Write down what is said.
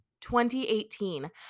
2018